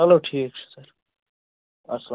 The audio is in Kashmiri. چلو ٹھیٖک چھُ سَر اسلام